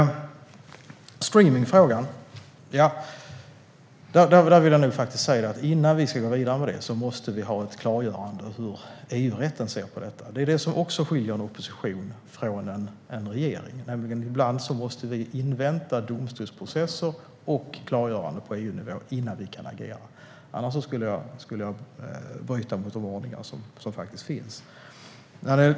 I streamningsfrågan måste vi innan vi ska gå vidare med det ha ett klargörande om hur EU-rätten ser på detta. Det är något som också skiljer en opposition från en regering. Ibland måste vi invänta domstolsprocesser och klargörande på EU-nivå innan vi kan agera. Annars skulle jag bryta mot de ordningar som finns.